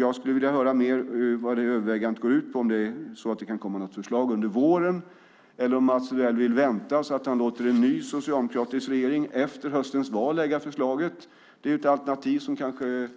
Jag skulle vilja höra mer om vad det övervägandet går ut på, om det kan komma något förslag under våren eller om Mats Odell vill vänta så att han låter en ny, socialdemokratisk regering efter höstens val lägga fram förslaget. Det är ett alternativ som kanske